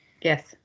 yes